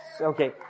Okay